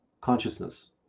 consciousness